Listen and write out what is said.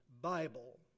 Bible